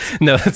No